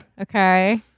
okay